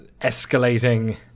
escalating